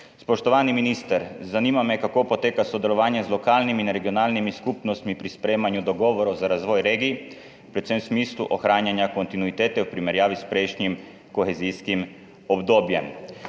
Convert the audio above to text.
Spoštovani minister, zanima me: Kako poteka sodelovanje z lokalnimi in regionalnimi skupnostmi pri sprejemanju dogovorov za razvoj regij, predvsem v smislu ohranjanja kontinuitete v primerjavi s prejšnjim kohezijskim obdobjem?